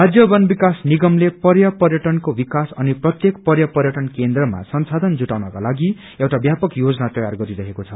राज्य बन विकास निगमले पर्या पर्यटनको विकास अनि प्रत्येक पर्या पर्यटन केन्द्रमा संसाधन जुटाउनकालागि एउआ ब्यापक योजना तयार गरिरहेको छ